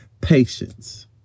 Patience